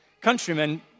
countrymen